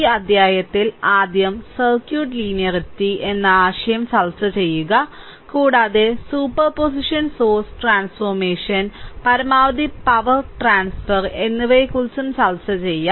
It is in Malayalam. ഈ അധ്യായത്തിൽ ആദ്യം സർക്യൂട്ട് ലീനിയറിറ്റി എന്ന ആശയം ചർച്ചചെയ്യുക കൂടാതെ സൂപ്പർ പൊസിഷൻ സോഴ്സ് ട്രാൻസ്ഫോർമേഷൻ പരമാവധി പവർ ട്രാൻസ്ഫർ എന്നിവയെക്കുറിച്ചും ചർച്ച ചെയ്യും